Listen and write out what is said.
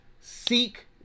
Seek